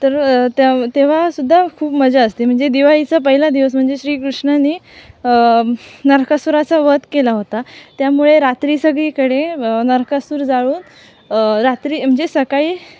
तर त्या तेव्हा सुद्धा खूप मजा असते म्हणजे दिवाळीचा पहिला दिवस म्हणजे श्रीकृष्णाने नरकासुराचा वध केला होता त्यामुळे रात्री सगळीकडे नरकासुर जाळून रात्री म्हणजे सकाळी